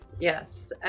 Yes